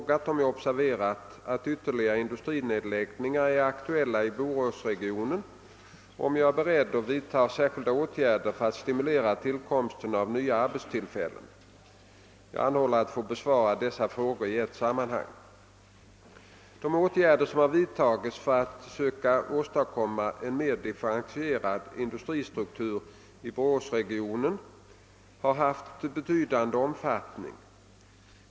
gat, om jag observerat att ytterligare industrinedläggningar är aktuella i Boråsregionen och om jag är beredd vidta särskilda åtgärder för att stimulera tillkomsten av nya arbetstillfällen ? Jag anhåller att få besvara dessa frågor i ett sammanhang. De åtgärder som har vidtagits för att söka åstadkomma en mera differentierad industristruktur i Boråsregionen har haft betydande omfattning.